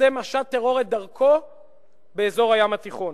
עושה משט טרור את דרכו באזור הים התיכון.